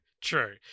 true